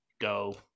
go